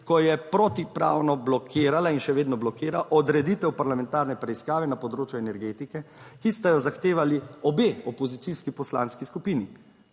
ko je protipravno blokirala in še vedno blokira odreditev parlamentarne preiskave na področju energetike, ki sta jo zahtevali obe opozicijski poslanski skupini.